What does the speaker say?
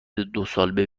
دوسال